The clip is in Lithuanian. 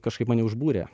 kažkaip mane užbūrė